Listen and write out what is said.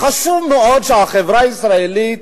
חשוב מאוד שהחברה הישראלית,